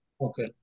Okay